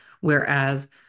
Whereas